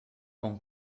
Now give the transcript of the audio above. bon